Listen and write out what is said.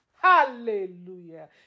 Hallelujah